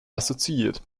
assoziiert